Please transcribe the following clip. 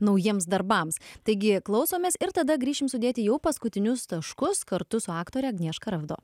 naujiems darbams taigi klausomės ir tada grįšim sudėti jau paskutinius taškus kartu su aktore agnieška ravdo